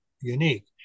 unique